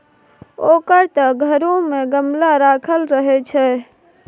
ओकर त घरो मे गमला राखल रहय छै